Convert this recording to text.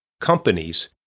companies